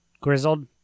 grizzled